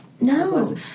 No